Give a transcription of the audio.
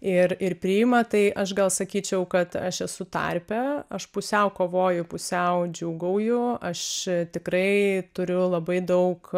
ir ir priima tai aš gal sakyčiau kad aš esu tarpe aš pusiau kovoju pusiau džiūgauju aš tikrai turiu labai daug